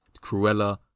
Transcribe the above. Cruella